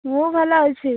ମୁଁ ଭଲ ଅଛି